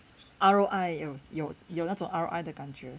R_O_I uh 有有那种 R_O_I 的感觉